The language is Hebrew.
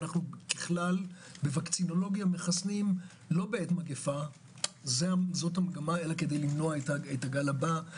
ככלל אנו מחסנים לא בעת מגפה אלא כדי למנוע את הגל הבא.